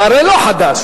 אתה הרי לא חדש.